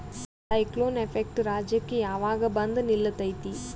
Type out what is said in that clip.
Cyclone effect ರಾಜ್ಯಕ್ಕೆ ಯಾವಾಗ ಬಂದ ನಿಲ್ಲತೈತಿ?